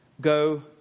Go